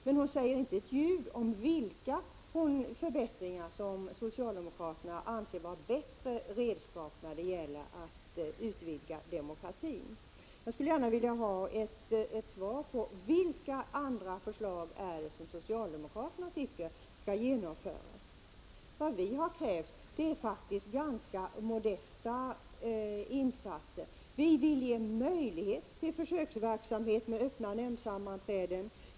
Men hon säger inte ett ljud om vilka förbättringar som socialdemokraterna anser vara bättre redskap när det gäller att utvidga demokratin. Jag skulle gärna vilja ha ett svar på vilka andra förslag det är som socialdemokraterna tycker skall genomföras. Det vi har krävt är faktiskt ganska modesta insatser. Vi vill ha möjlighet till försöksverksamhet med öppna nämndsammanträden.